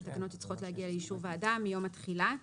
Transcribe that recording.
תקנות שצריכות להגיע לאישור הוועדה "מיום התחילה.